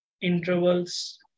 intervals